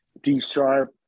D-Sharp